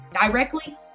directly